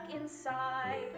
inside